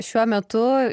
šiuo metu